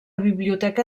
biblioteca